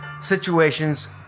situations